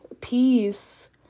peace